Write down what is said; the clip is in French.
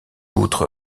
outre